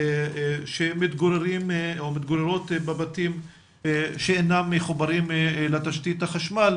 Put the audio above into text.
שמתגוררות בבתים שאינם מחוברים לתשתית החשמל,